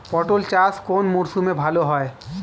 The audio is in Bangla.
পটল চাষ কোন মরশুমে ভাল হয়?